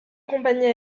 compagnies